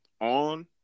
on